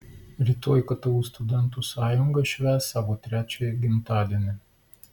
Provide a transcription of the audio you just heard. rytoj ktu studentų sąjunga švęs savo trečiąjį gimtadienį